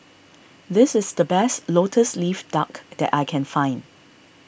this is the best Lotus Leaf Duck that I can find